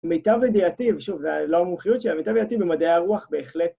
‫מיטב ידיעתי, ושוב, ‫זו לא המומחיות שלי, ‫למיטב ידיעתי במדעי הרוח בהחלט.